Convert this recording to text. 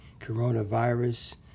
coronavirus